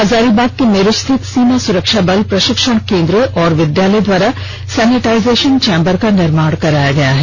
हजारीबाग के मेरू स्थित सीमा सुरक्षा बल प्रशिक्षण केंद्र एवं विद्यालय द्वारा सैनिटाइजेशन चेंबर का निर्माण कराया गया है